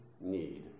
need